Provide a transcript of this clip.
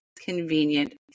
convenient